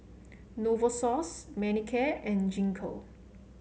Novosource Manicare and Gingko